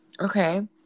Okay